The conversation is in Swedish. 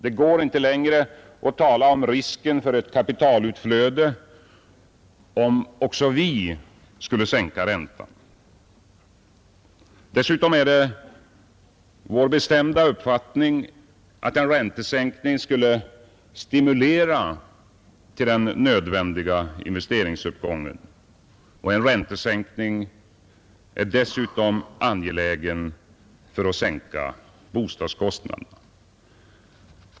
Det går inte längre att tala om risken för ett kapitalutflöde om också vi sänker räntan. Dessutom är det vår bestämda uppfattning att en räntesänkning skulle stimulera till den nödvändiga investeringsuppgången. En räntesänkning är också angelägen för att sänka bostadskostnaderna.